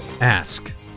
Ask